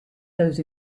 those